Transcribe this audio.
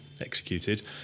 Executed